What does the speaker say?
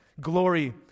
Glory